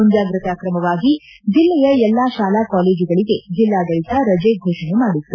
ಮುಂಜಾಗ್ರತಾ ಕ್ರಮವಾಗಿ ಜಿಲ್ಲೆಯ ಎಲ್ಲಾ ಶಾಲಾ ಕಾಲೇಜುಗಳಿಗೆ ಜಿಲ್ಲಾಡಳಿತ ರಜೆ ಫೋಷಣೆ ಮಾಡಲಾಗಿತ್ತು